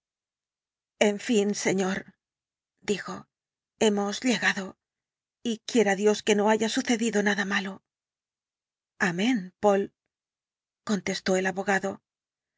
en fin señor dijo hemos llegado y quiera dios que no haya sucedido nada malo amén poole contestó el abogado